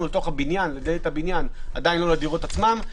אל תוך הבניין אך עדיין לא לדירות עצמן.